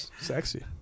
Sexy